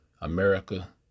America